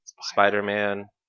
Spider-Man